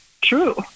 true